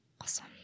awesome